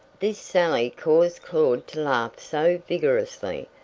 this sally caused claud to laugh so vigorously,